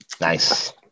Nice